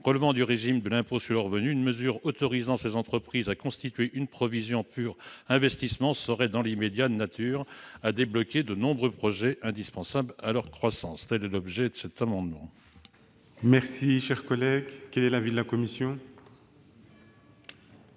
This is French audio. relevant du régime de l'impôt sur le revenu, une mesure autorisant ces entreprises à constituer une provision pour investissement serait, dans l'immédiat, de nature à débloquer de nombreux projets indispensables à leur croissance. Quel est l'avis de la commission